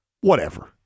Whatever